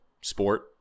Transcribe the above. sport